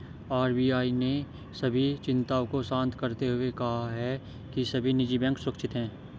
RBI ने सभी चिंताओं को शांत करते हुए कहा है कि सभी निजी बैंक सुरक्षित हैं